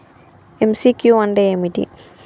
MCQ అంటే ఏమిటి?